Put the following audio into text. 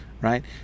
right